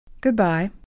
Goodbye